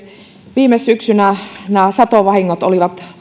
viime syksynä nämä satovahingot olivat